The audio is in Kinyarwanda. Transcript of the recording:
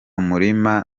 murima